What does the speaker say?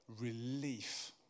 relief